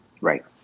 Right